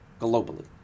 globally